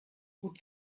gut